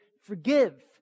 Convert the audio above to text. Forgive